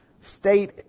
state